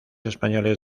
españoles